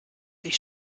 ich